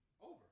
Over